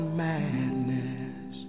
madness